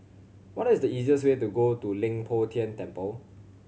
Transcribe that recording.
what is the easiest way to to Leng Poh Tian Temple